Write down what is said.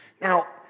Now